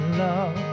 love